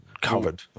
covered